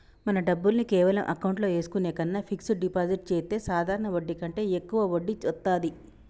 మన డబ్బుల్ని కేవలం అకౌంట్లో ఏసుకునే కన్నా ఫిక్సడ్ డిపాజిట్ చెత్తే సాధారణ వడ్డీ కంటే యెక్కువ వడ్డీ వత్తాది